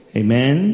amen